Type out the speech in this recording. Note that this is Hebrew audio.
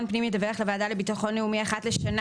פנים ידווח לוועדה לביטחון לאומי אחת לשנה"